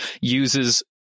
uses